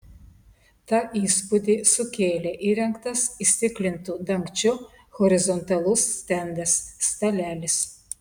tą įspūdį sukėlė įrengtas įstiklintu dangčiu horizontalus stendas stalelis